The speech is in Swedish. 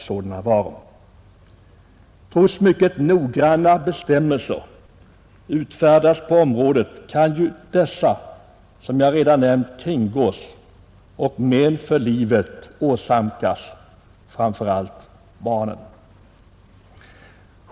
Trots att mycket noggranna bestämmelser utfärdats på området, kan ju dessa som jag redan nämnt kringgås och men för livet åsamkas framför allt barnen.